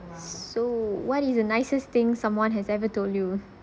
so what is the nicest thing someone has ever told you